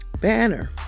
Banner